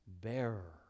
bearer